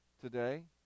today